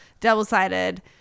double-sided